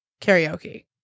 karaoke